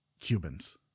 Cubans